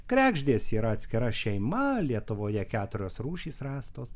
kregždės yra atskira šeima lietuvoje keturios rūšys rastos